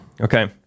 Okay